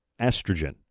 estrogen